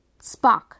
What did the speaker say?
Spock